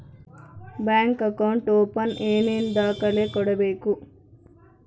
Bank account open ಏನೇನು ದಾಖಲೆ ಕೊಡಬೇಕು?